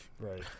right